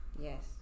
Yes